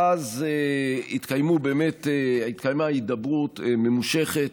אז באמת התקיימה הידברות ממושכת.